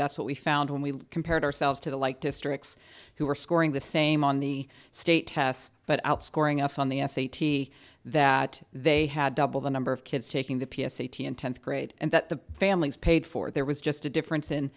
that's what we found when we compared ourselves to the like districts who were scoring the same on the state tests but out scoring us on the s a t that they had double the number of kids taking the p s a t in tenth grade and that the families paid for it there was just a difference in